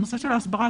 בנושא ההסברה,